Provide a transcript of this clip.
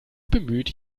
bemüht